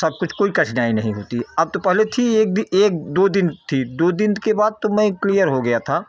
सब कुछ कोई कठिनाई नहीं होती अब तो पहले थी एक भी एक दो दिन थी दो दिन के बाद तो मैं क्लियर हो गया था